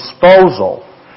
disposal